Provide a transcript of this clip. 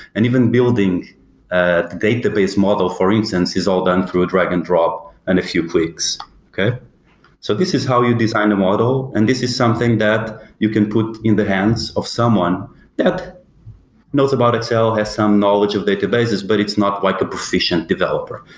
and even building the database model, for instance, is all done through a drag and drop and a few clicks so this is how you design a model and this is something that you can put in the hands of someone that knows about excel, has some knowledge of databases, but it's not quite like a proficient developer,